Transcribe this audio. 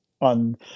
on